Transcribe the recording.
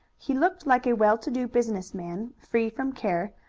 he looked like a well-to-do business man, free from care,